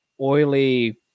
oily